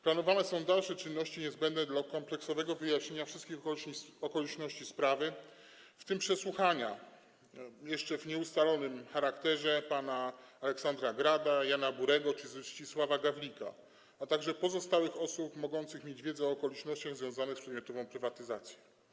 Planowane są dalsze czynności niezbędne dla kompleksowego wyjaśnienia wszystkich okoliczności sprawy, w tym przesłuchania, jeszcze w nieustalonym charakterze, panów Aleksandra Grada, Jana Burego czy Zdzisława Gawlika, a także pozostałych osób mogących mieć wiedzę o okolicznościach związanych z przedmiotową prywatyzacją.